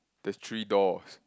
the three doors